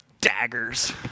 Daggers